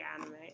anime